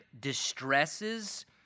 distresses